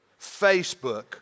Facebook